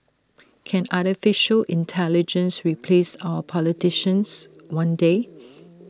can Artificial Intelligence replace our politicians one day